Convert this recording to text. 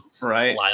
Right